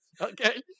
Okay